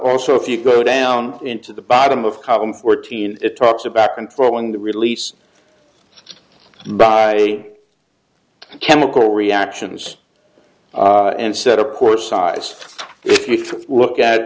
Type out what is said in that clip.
also if you go down into the bottom of column fourteen it talks about controlling the release by chemical reactions and set of course eyes if you look at